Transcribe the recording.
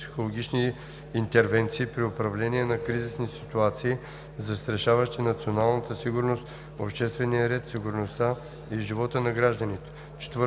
психологични интервенции при управление на кризисни ситуации, застрашаващи националната сигурност, обществения ред, сигурността и живота на гражданите;